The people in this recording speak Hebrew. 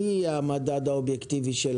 מי יהיה המדד האובייקטיבי?